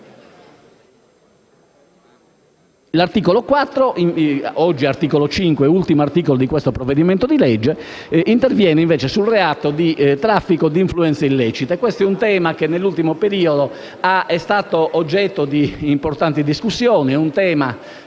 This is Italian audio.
articolo 4, oggi articolo 5, ultimo di questo disegno di legge, interviene invece sul reato di traffico di influenze illecite. Si tratta di un tema che nell'ultimo periodo è stato oggetto di importanti discussioni; un tema